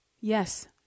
Yes